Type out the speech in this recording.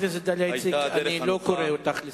חברת הכנסת דליה איציק, אני לא קורא אותך לסדר.